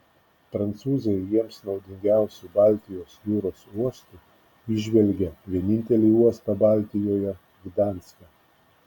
prancūzai jiems naudingiausiu baltijos jūros uostu įžvelgia vienintelį uostą baltijoje gdanską